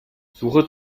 suche